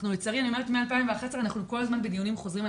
לצערי מ-2011 אנחנו כל הזמן בדיונים חוזרים על